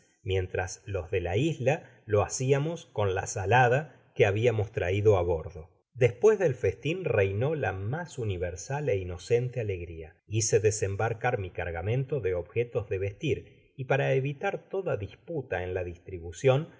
mientras los de la isla lo haciamos con la salada que habiamos traido á bordo despues del festin reinó la mas universal é inocente alegria hice desembarcar mi cargamento de objetos de vestir y para evitar toda disputa en la distribucion